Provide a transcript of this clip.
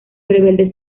rebeldes